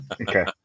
Okay